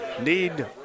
need